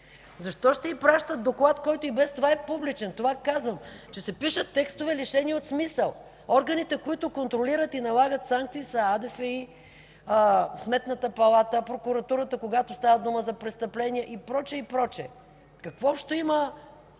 Защо ще й пращат доклад, който и без това е публичен? Това казвам – че се пишат текстове, лишени от смисъл. Органите, които контролират и налагат санкции, са АДФИ, Сметната палата, прокуратурата, когато става дума за престъпления, и прочие, и прочие. Какво общо има